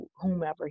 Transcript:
whomever